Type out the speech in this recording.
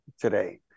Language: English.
today